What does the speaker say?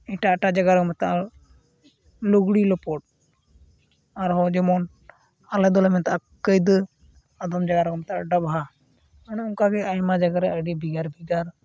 ᱮᱴᱟᱜ ᱮᱴᱟᱜ ᱡᱟᱭᱜᱟ ᱨᱮᱫᱚ ᱠᱚ ᱢᱮᱛᱟᱜᱼᱟ ᱞᱩᱜᱽᱲᱤᱼᱞᱟᱯᱚ ᱟᱨᱦᱚᱸ ᱡᱮᱢᱚᱱ ᱟᱞᱮ ᱫᱚᱞᱮ ᱢᱮᱛᱟᱜᱼᱟ ᱠᱟᱹᱭᱫᱟᱹ ᱟᱫᱚᱢ ᱡᱟᱭᱜᱟ ᱨᱮᱠᱚ ᱢᱮᱛᱟᱜᱼᱟ ᱰᱟᱵᱷᱟ ᱟᱨᱦᱚᱸ ᱚᱱᱠᱟ ᱜᱮ ᱟᱭᱢᱟ ᱡᱟᱭᱜᱟ ᱨᱮ ᱟᱹᱰᱤ ᱵᱷᱮᱜᱟᱨ ᱵᱷᱮᱜᱟᱨ